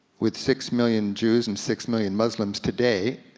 with six million jews and six million muslims today,